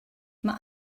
mae